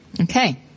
Okay